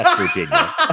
Virginia